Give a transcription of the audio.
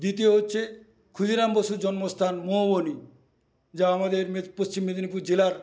দ্বিতীয় হচ্ছে ক্ষুদিরাম বসুর জন্মস্থান মৌবনি যা আমাদের পশ্চিম মেদিনীপুর জেলার